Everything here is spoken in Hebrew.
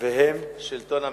והם: השלטון המקומי,